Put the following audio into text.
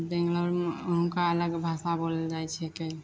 बन्गालमे हुनका अलग भाषा बोलल जाइत छिकै